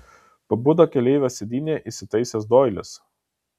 pabudo keleivio sėdynėje įsitaisęs doilis